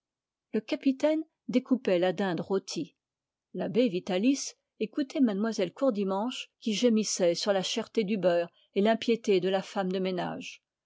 le capitaine découpait la dinde rôtie l'abbé vitalis écoutait mlle courdimanche qui gémissait sur la cherté du beurre et l'impiété de la femme de ménage